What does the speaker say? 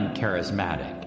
charismatic